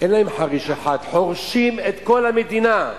אין להם חריש אחד, חורשים את כל המדינה.